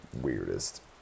weirdest